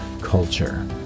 culture